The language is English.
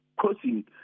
causing